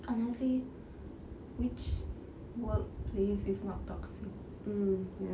honestly which workplace is not toxic um ya